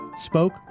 spoke